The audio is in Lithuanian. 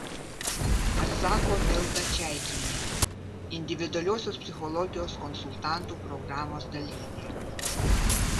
atsako milda čeikienė individualiosios psichologijos konsultantų programos dalyvė